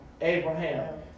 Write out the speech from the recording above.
Abraham